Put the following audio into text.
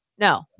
no